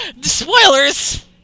Spoilers